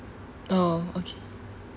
oh okay